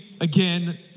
again